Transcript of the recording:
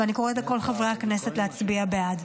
ואני קוראת לכל חברי הכנסת להצביע בעד.